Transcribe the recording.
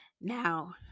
now